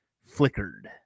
flickered